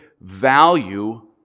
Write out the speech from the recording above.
value